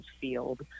field